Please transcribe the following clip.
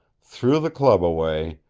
threw the club away,